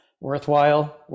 worthwhile